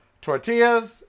Tortillas